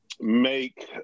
make